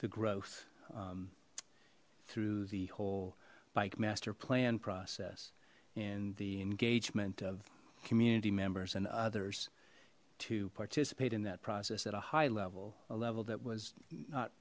the growth through the whole bike master plan process and the engagement of community members and others to participate in that process at a high level a level that was not